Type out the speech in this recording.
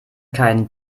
kein